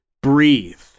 Breathe